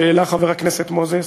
שהעלה חבר הכנסת מוזס,